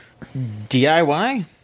DIY